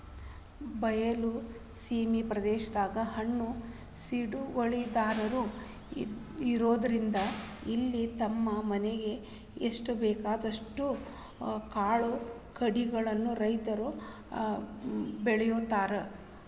ಬಯಲ ಸೇಮಿ ಪ್ರದೇಶದಾಗ ಸಣ್ಣ ಹಿಡುವಳಿದಾರರು ಇರೋದ್ರಿಂದ ಇಲ್ಲಿ ತಮ್ಮ ಮನಿಗೆ ಎಸ್ಟಬೇಕೋ ಅಷ್ಟ ಕಾಳುಕಡಿಗಳನ್ನ ರೈತರು ಬೆಳ್ಕೋತಾರ